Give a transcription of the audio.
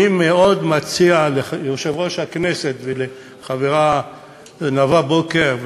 אני מאוד מציע ליושב-ראש הכנסת ולחברה נאוה בוקר,